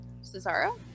Cesaro